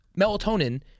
melatonin